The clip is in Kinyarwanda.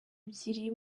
ebyiri